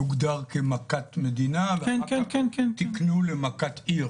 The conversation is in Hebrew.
זה הוגדר כמכת מדינה, ואחר כך תיקנו למכת עיר,